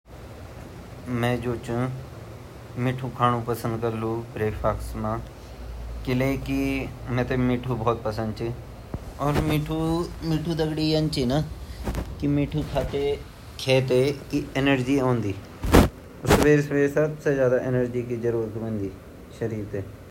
वन मेते मीठू ची पसंद पर हेमा गढ़वाल मा नी सकन भई ता हमते रवती अर सब्जी बन ता हमा घरो वे तरीका ची ता हमते वे खाण्ड पडदू अर वे हिसाब से चन पड़दू।